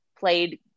played